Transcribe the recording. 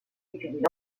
étudie